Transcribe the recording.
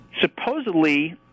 supposedly